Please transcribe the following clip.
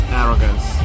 arrogance